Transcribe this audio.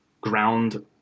ground